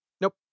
Nope